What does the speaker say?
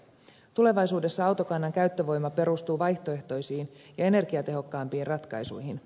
tulevaisuudessa autokannan käyttövoima perustuu vaihtoehtoisiin ja energiatehokkaampiin ratkaisuihin